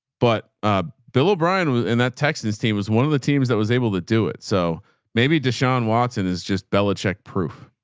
but ah bill o'brien was in that text and his team was one of the teams that was able to do it. so maybe deshaun watson is just bella check proof.